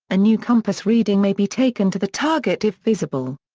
a new compass reading may be taken to the target if visible.